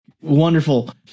Wonderful